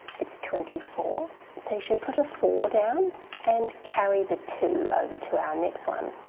it's twenty four so you should put a four down and carry the two over to our next one.